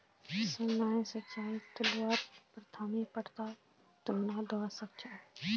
सामान्य सिंचाईर तुलनात ड्रिप सिंचाईक प्राथमिकता दियाल जाहा